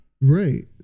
Right